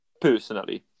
Personally